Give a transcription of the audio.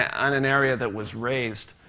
on an area that was raised